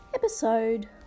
Episode